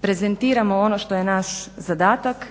prezentiramo ono što je naš zadatak.